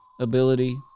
ability